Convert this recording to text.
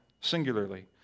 singularly